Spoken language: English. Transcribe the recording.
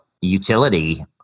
utility